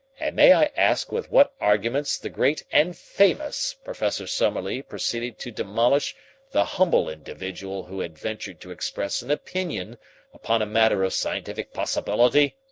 and may i ask with what arguments the great and famous professor summerlee proceeded to demolish the humble individual who had ventured to express an opinion upon a matter of scientific possibility?